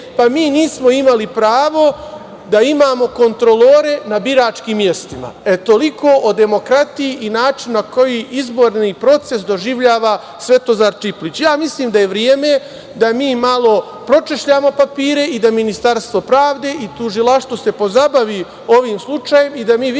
Pa, mi nismo imali pravo da imamo kontrolore na biračkim mestima. E, toliko o demokratiji i načinima na koje izborni proces doživljava Svetozar Čiplić. Ja mislim da je vreme da mi malo pročešljamo papire i da Ministarstvo pravde i tužilaštvo se pozabavi ovim slučajem i da mi vidimo